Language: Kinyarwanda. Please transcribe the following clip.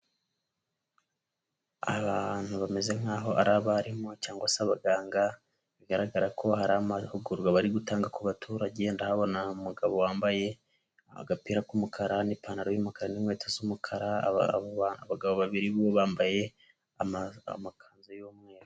Abantu bameze nk'aho ari abarimu cyangwa se abaganga, bigaragara ko hari amahugurwa bari gutanga ku baturage, ndahabona umugabo wambaye agapira k'umukara n'ipantaro y'umukara n'inkweto z'umukara, abagabo babiri bambaye amakanzu y'umweru.